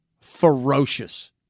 ferocious